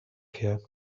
here